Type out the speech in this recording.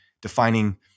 defining